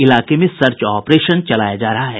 इलाके में search operation चलाया जा रहा है